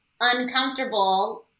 uncomfortable